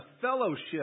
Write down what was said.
fellowship